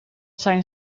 zijn